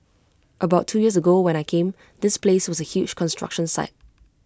about two years ago when I came this place was A huge construction site